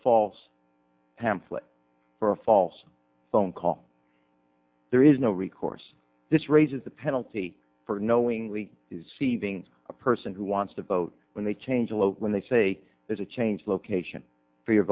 false pamphlet for a false phone call there is no recourse this raises the penalty for knowingly seating a person who wants to vote when they change a lot when they say there's a change location for your